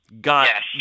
got